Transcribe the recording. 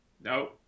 No